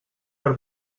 per